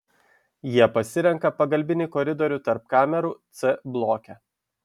jie pasirenka pagalbinį koridorių tarp kamerų c bloke